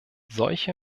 solche